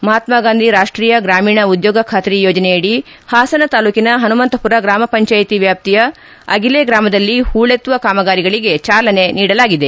ಮಹಾತ್ನಾ ಗಾಂಧಿ ರಾಷ್ಷೀಯ ಗ್ರಾಮೀಣ ಉದ್ಲೋಗ ಬಾತ್ರಿ ಯೋಜನೆ ಅಡಿ ಹಾಸನ ತಾಲೂಕಿನ ಪನುಮಂತಪುರ ಗ್ರಾಮ ಪಂಚಾಯ್ತ ವ್ಯಾಪ್ತಿಯ ಅಗಿಲೇ ಗ್ರಾಮದಲ್ಲಿ ಹೊಳೆತ್ತುವ ಕಾಮಗಾರಿಗಳಗೆ ಚಾಲನೆ ನೀಡಲಾಗಿದೆ